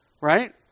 right